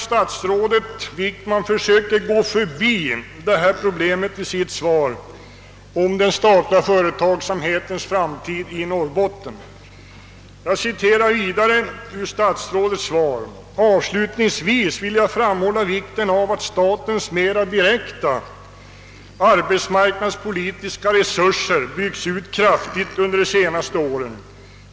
Statsrådet Wickman försökte gå förbi detta problem i sitt svar om den statliga företagsamhetens framtid i Norrbotten. Jag vill vidare citera ur statsrådets svar följande: »Avslutningsvis vill jag även framhålla vikten av att statens mera direkt arbetsmarknadspolitiska resurser byggts ut kraftigt under de senaste åren.